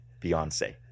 Beyonce